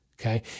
Okay